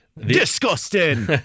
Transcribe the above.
Disgusting